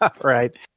right